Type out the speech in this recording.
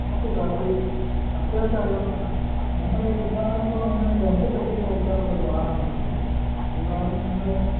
നോക്കു sir please അത്യാവശ്യമായതോണ്ടാണ് ഞങ്ങൾ ഇന്നേ ദിവസം വന്ന് രണ്ട് പെഗ്ഗെങ്കിലും അടിക്കാറുള്ളൊരു ബാറാണിത് ഈ ബാറിന്ന് ഞങ്ങളെന്നും